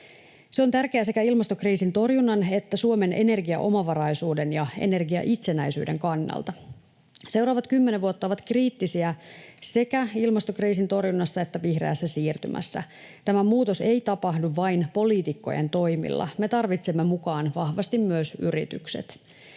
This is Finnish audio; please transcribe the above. Se on tärkeää sekä ilmastokriisin torjunnan että Suomen energiaomavaraisuuden ja energiaitsenäisyyden kannalta. Seuraavat kymmenen vuotta ovat kriittisiä sekä ilmastokriisin torjunnassa että vihreässä siirtymässä. Tämä muutos ei tapahdu vain poliitikkojen toimilla, me tarvitsemme mukaan vahvasti myös yritykset.